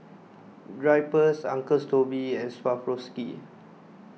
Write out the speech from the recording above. Drypers Uncle Toby's and Swarovski